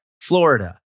Florida